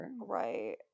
right